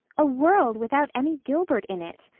a world without any gilbert in it!